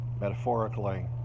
metaphorically